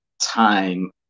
time